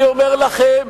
אני אומר לכם,